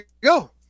go